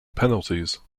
penalties